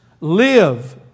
live